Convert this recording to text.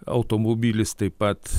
automobilis taip pat